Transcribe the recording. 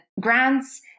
grants